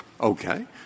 Okay